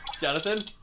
Jonathan